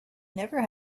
never